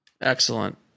Excellent